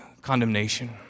condemnation